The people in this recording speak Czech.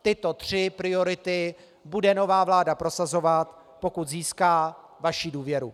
Tyto tři priority bude nová vláda prosazovat, pokud získá vaši důvěru.